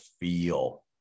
feel